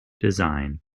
design